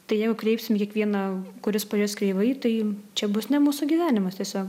tai jeigu kreipsim į kiekvieną kuris pajus kreivai tai čia bus ne mūsų gyvenimas tiesiog